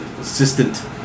Assistant